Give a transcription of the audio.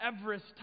Everest